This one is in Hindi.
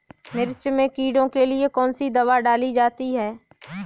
मिर्च में कीड़ों के लिए कौनसी दावा डाली जाती है?